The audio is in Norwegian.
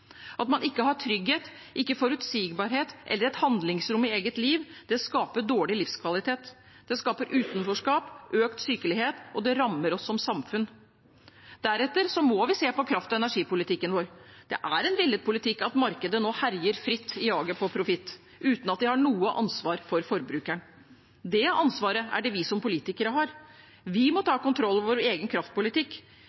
At man ikke har trygghet, ikke forutsigbarhet eller et handlingsrom i eget liv, skaper dårlig livskvalitet, det skaper utenforskap, økt sykelighet, og det rammer oss som samfunn. Deretter må vi se på kraft- og energipolitikken vår. Det er en villet politikk at markedet nå herjer fritt, jager etter profitt, uten at de har noe ansvar for forbrukeren. Det ansvaret er det vi som politikere som har. Vi må ta